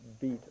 beat